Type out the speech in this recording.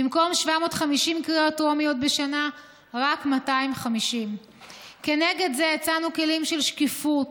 במקום 750 קריאות טרומיות בשנה רק 250. כנגד זה הצענו כלים של שקיפות,